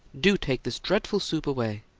do take this dreadful soup away!